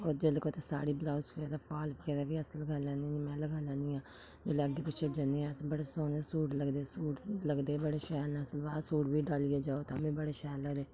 होर जेल्लै कुतै साड़ी ब्लजौ बगैरा फाल बगैरा बी अस लगाई लैन्ने होन्नें में लगाई लैन्नी आं जेल्लै अग्गें पिच्छें जन्ने आं अस बड़े सोह्ने सूट लगदे सूट लगदे बड़े शैल न सलवार सूट बी डाल्लियै जाओ तां बी बड़े शैल लगदे